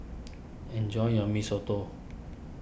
enjoy your Mee Soto